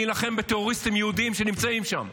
להילחם בטרוריסטים יהודים שנמצאים שם,